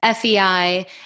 FEI